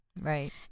right